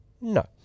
No